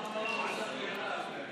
התש"ף 2020, לוועדת העבודה,